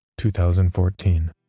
2014